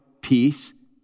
peace